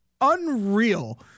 unreal